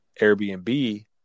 Airbnb